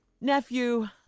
Nephew